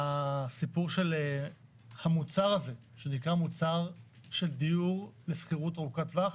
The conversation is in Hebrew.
הסיפור של המוצר הזה שנקרא דיור בשכירות ארוכת טווח,